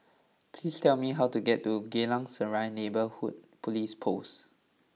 please tell me how to get to Geylang Serai Neighbourhood Police Post